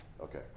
okay